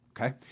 Okay